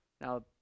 Now